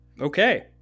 Okay